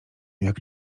jak